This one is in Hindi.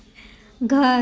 घर